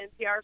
NPR